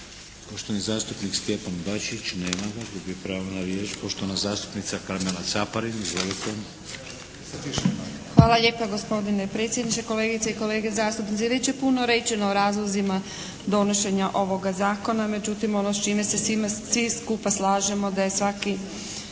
Poštovani zastupnik Stjepan Bačić. Nema ga. Gubi pravo na riječ. Poštovana zastupnica Karmela Caparin. Izvolite. **Caparin, Karmela (HDZ)** Hvala lijepa gospodine predsjedniče. Kolegice i kolege zastupnici. Već je puno rečeno o razlozima donošenja ovoga zakona. Međutim ono s čime se svi skupa slažemo da je svaki